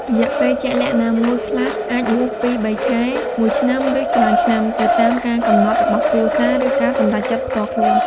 រយៈពេលជាក់លាក់ណាមួយ ខ្លះអាចបួសពីរបីខែ មួយឆ្នាំ ឬច្រើនឆ្នាំ ទៅតាមការកំណត់របស់គ្រួសារ ឬការសម្រេចចិត្តផ្ទាល់ខ្លួន។